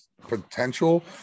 potential